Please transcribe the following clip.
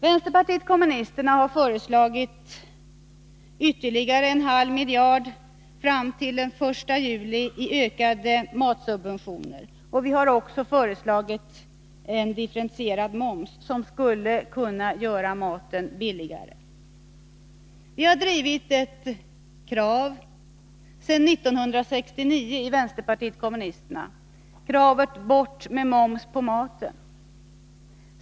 Vänsterpartiet kommunisterna har föreslagit ytterligare en halv miljard Nr 50 fram till den 1 juli i ökade matsubventioner. Vi har också föreslagit en Onsdagen den differentierad moms, som skulle kunna göra maten billigare. 15 december 1982 Vi har i vänsterpartiet kommunisterna sedan 1969 drivit kravet Bort med moms på maten.